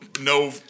no